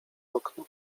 okno